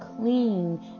clean